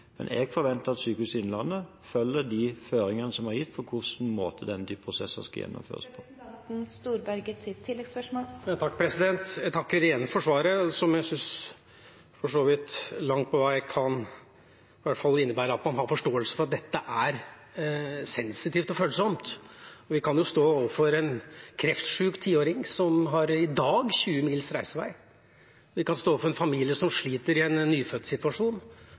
Men jeg forventer at Sykehuset Innlandet følger de føringene som er gitt for hva slags måte denne typen prosesser skal gjennomføres på. Jeg takker igjen for svaret, som jeg for så vidt langt på vei syns kan innebære at man i hvert fall har forståelse for at dette er sensitivt og følsomt. Vi kan jo stå overfor en kreftsjuk tiåring som i dag har 20 mils reisevei. Vi kan stå overfor en familie som sliter i en